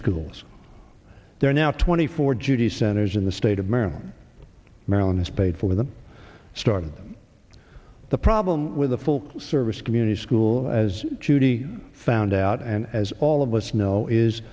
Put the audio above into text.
schools there are now twenty four judy centers in the state of maryland maryland is paid for the start of the problem with a full service community school as judy found out and as all of us know is